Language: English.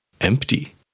empty